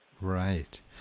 Right